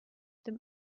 dem